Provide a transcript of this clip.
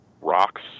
rocks